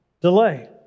delay